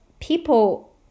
people